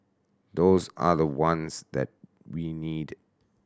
those are the ones that we need